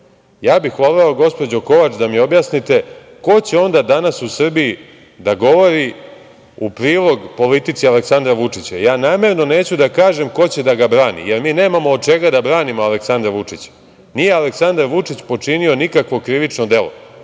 ja bih voleo gospođo Kovač da mi objasnite, ko će onda danas u Srbiji, da govori u prilog politici Aleksandra Vučića. Ja namerno neću da kažem ko će da ga brani, jer mi nemamo od čega da branimo Aleksandra Vučića. Nije Aleksandar Vučić počinio nikakvo krivično delo. Šta